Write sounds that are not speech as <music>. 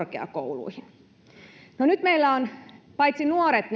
korkeakouluihin no nyt meillä ovat paitsi nuoret <unintelligible>